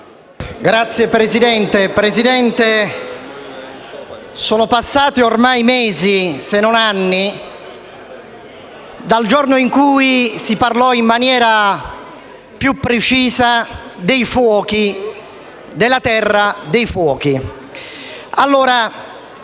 *(M5S)*. Signor Presidente, sono passati ormai mesi, se non anni, dal giorno in cui si parlò in maniera più precisa della terra dei fuochi.